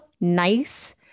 nice